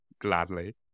gladly